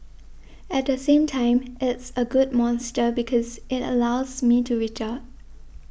at the same time it's a good monster because it allows me to reach out